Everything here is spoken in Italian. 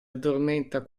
addormenta